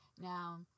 now